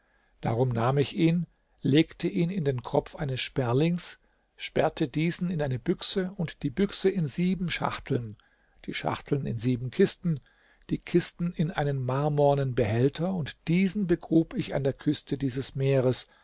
darum nahm ich ihn legte ihn in den kropf eines sperlings sperrte diesen in eine büchse und die büchse in sieben schachteln die schachteln in sieben kisten die kisten in einen marmornen behälter und diesen begrub ich an der küste dieses meeres